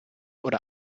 oder